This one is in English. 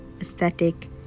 aesthetic